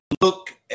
look